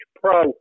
pro